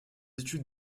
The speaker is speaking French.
études